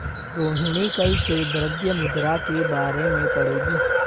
रोहिणी कल से द्रव्य मुद्रा के बारे में पढ़ेगी